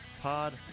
pod